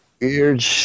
Weird